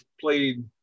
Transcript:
played